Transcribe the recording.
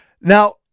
Now